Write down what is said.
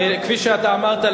כפי שאתה אמרת,